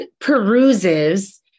peruses